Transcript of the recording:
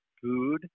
food